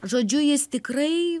žodžiu jis tikrai